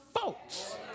folks